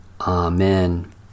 Amen